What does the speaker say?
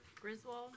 Griswold